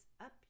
up